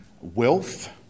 wealth